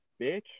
bitch